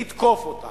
נתקוף אותם.